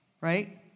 right